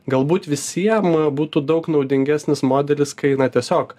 galbūt visiem būtų daug naudingesnis modelis kai na tiesiog